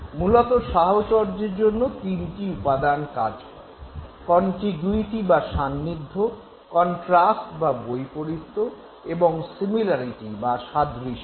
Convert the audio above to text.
মূলত সাহচর্যের জন্য তিনটি উপাদান কাজ করে - কন্টিগুইটি বা সান্নিধ্য কন্ট্রাস্ট বা বৈপরীত্য এবং সিমিলারিটি বা সাদৃশ্য